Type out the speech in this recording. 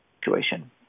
situation